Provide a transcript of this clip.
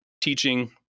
Teaching